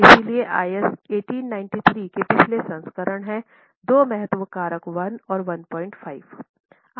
इसलिए IS 1893 के पिछले संस्करण है दो महत्व कारक 1 और 15 हैं